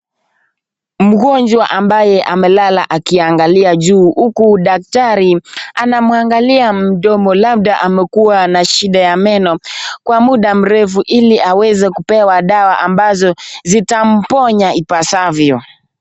Mgonjwa ambaye amelala akiangalia juu huku daktari anamuangalia mdomo labda amekuwa na shida ya meno kwa muda mrefu ili aweze kupewa dawa ambazo zitamponya ipasavyo.